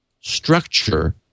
structure